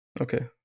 Okay